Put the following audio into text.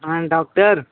हाँ डॉक्टर